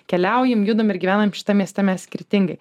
keliaujam judam ir gyvenam šitam mieste mes skirtingai